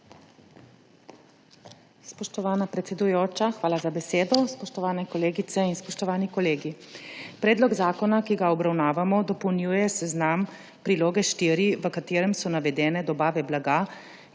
hvala za besedo.